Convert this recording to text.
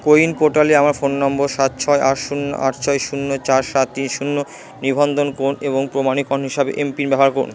CoWIN পোর্টালে আমার phone number সাত ছয় আট শূন্য আট ছয় শূন্য চার সাত তিন শূন্য নিবন্ধন করুন এবং প্রমাণীকরণ হিসাবে এমপিন ব্যবহার করুন